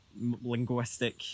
Linguistic